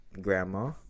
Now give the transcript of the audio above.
grandma